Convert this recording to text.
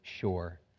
sure